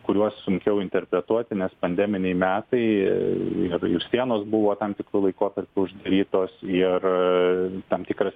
kuriuos sunkiau interpretuoti nes pandeminiai metai ir sienos buvo tam tikru laikotarpiu uždarytos ir tam tikras